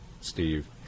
Steve